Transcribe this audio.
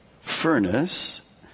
furnace